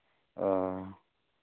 ᱚ